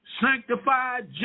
sanctified